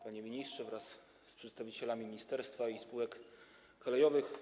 Panie ministrze wraz z przedstawicielami ministerstwa i spółek kolejowych!